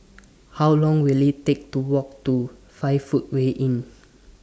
How Long Will IT Take to Walk to five Footway Inn